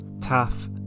Taff